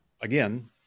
again